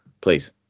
Please